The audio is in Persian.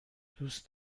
دوست